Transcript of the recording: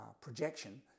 projection